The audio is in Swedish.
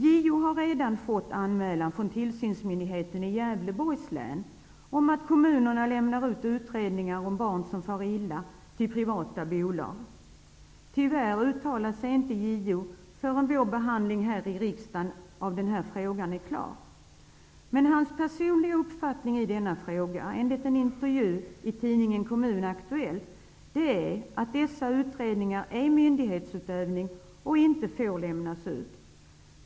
JO har redan fått in en anmälan från tillsynsmyndigheten i Gävleborgs län om att kommunerna lämnar ut utredningar om barn som far illa till privata bolag. Tyvärr kommer JO inte att uttala sig i ärendet förrän behandlingen i riksdagen av denna fråga är klar. Men JO:s personliga uppfattning i denna fråga är, enligt en intervju i tidningen Kommunaktuellt, att dessa utredningar är myndighetsutövning och alltså inte får lämnas ut.